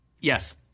Yes